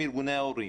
וההורים.